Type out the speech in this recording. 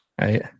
right